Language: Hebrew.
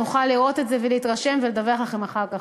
נוכל לראות את זה, להתרשם ולדווח לכם אחר כך.